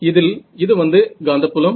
இதில் இது வந்து காந்தப்புலம்